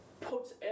puts